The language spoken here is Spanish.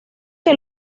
que